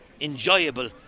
enjoyable